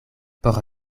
por